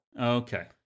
Okay